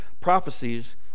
prophecies